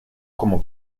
como